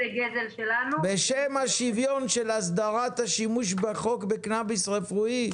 אז בשם השוויון של הסדרת השימוש בחוק בקנביס רפואי,